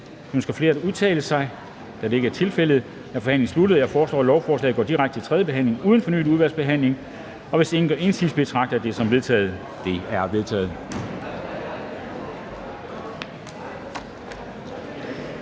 er tilfældet, er forhandlingen sluttet. Jeg foreslår, at lovforslaget går direkte til tredje behandling uden fornyet udvalgsbehandling, og hvis ingen gør indsigelse, betragter jeg det som vedtaget. Det er vedtaget.